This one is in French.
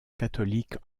catholiques